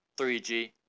3G